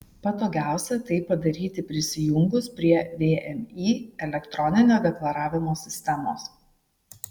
patogiausia tai padaryti prisijungus prie vmi elektroninio deklaravimo sistemos